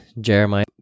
Jeremiah